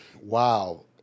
Wow